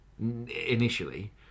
initially